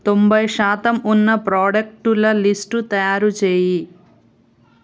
తొంభై శాతం ఉన్న ప్రోడక్టుల లిస్టు తయారు చేయి